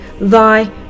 thy